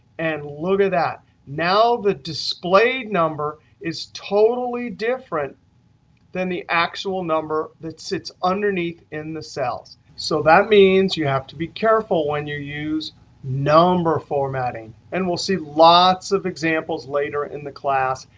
and look at that. now, the displayed number is totally different than the actual number that sits underneath in the cells. so that means you have to be careful when you use number formatting. and we'll see lots of examples later in the class.